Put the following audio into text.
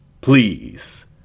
please